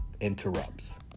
interrupts